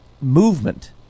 movement